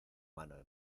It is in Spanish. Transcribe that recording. mano